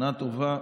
שנה טובה,